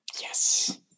Yes